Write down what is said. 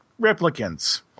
replicants